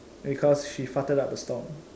because she farted up a storm